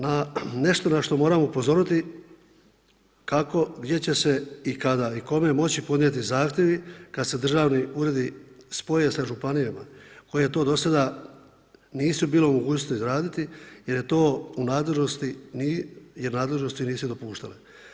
Na, nešto na što moram upozoriti, kako, gdje će se i kada, i kome moći podnijeti zahtjevi kad se državni ured spoje sa Županijama koje to do sada nisu bile u mogućnosti izraditi jer je to u nadležnosti, jer nadležnosti nisu dopuštale.